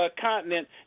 continent